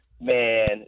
man